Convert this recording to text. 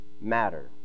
matter